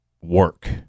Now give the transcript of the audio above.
work